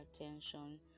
attention